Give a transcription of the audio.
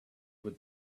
would